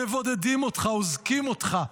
מבודדים אותך, אוזקים אותך,